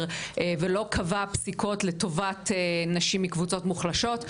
ולא קבע פסיקות לטובת נשים מקבוצות מוחלשות,